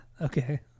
okay